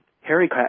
Harry